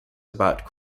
about